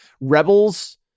rebels